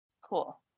Cool